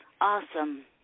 Awesome